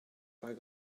pas